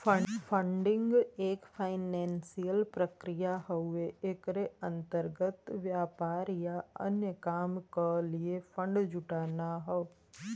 funding एक financial प्रक्रिया हउवे एकरे अंतर्गत व्यापार या अन्य काम क लिए फण्ड जुटाना हौ